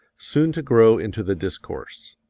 soon to grow into the discourse.